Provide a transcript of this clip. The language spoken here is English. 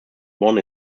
won